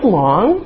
long